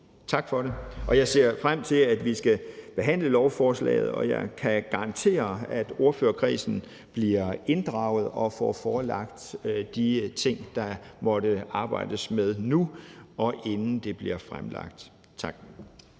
Tak for det, og jeg ser frem til, at vi skal behandle lovforslaget, og jeg kan garantere, at ordførerkredsen bliver inddraget og får forelagt de ting, der måtte arbejdes med nu, inden det bliver fremlagt. Tak.